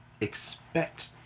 expect